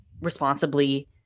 responsibly